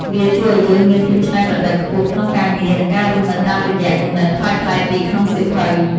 វាជួយឱ្យយើងមានភាពច្នៃប្រឌិតខ្ពស់ក្នុងការងារ និងការរស់នៅតាមរយៈគំនិតប្លែកៗពីក្នុងសៀវភៅ។